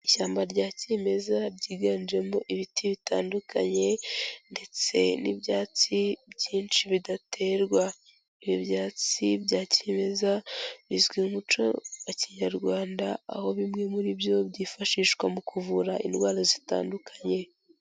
Ishyamba rya kimeza ryiganjemo ibiti bitandukanye ndetse n'ibyatsi byinshi bidaterwa. Ibyo byatsi bya kimeza bizwi mu muco wa Kinyarwanda aho bimwe muri byo byifashishwa mu kuvura indwara zitandukanye.